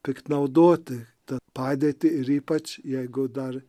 piktnaudoti tą padėtį ir ypač jeigu dar